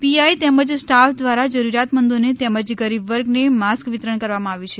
PI તેમજ staff દ્વારા જરૂરિયાત મંદોને તેમજ ગરીબવર્ગ ને માસ્ક વિતરણ કરવામાં આવ્યું છે